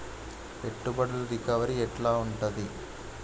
పెట్టుబడుల రికవరీ ఎట్ల ఉంటది?